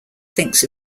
thinks